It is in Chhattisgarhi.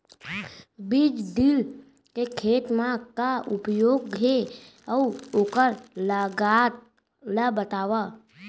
बीज ड्रिल के खेत मा का उपयोग हे, अऊ ओखर लागत ला बतावव?